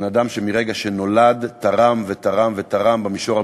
בן-אדם שמרגע שנולד תרם ותרם ותרם: במישור הביטחוני,